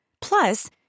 Plus